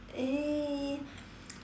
uh